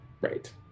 right